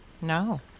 No